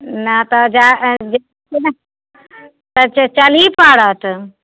नहि तऽ जा अच्छा चल ही पड़त